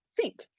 sink